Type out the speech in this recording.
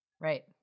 Right